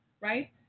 right